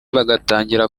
bagatangira